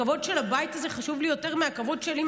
הכבוד של הבית הזה חשוב לי יותר מהכבוד שלי,